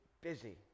busy